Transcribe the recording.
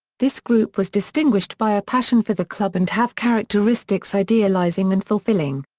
this group was distinguished by a passion for the club and have characteristics idealizing and fulfilling.